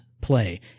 play